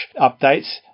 updates